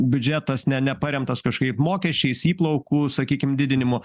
biudžetas ne neparemtas kažkaip mokesčiais įplaukų sakykim didinimu